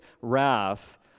wrath